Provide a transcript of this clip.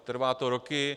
Trvá to roky.